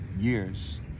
years